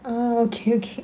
ah okay okay